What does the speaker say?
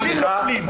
אנשים נופלים.